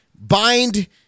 bind